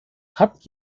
hat